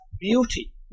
beauty